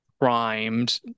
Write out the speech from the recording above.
primed